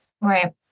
Right